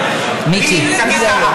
מיקי.